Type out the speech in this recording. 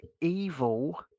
evil